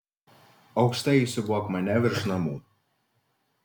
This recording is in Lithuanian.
aukštai įsiūbuok mane virš namų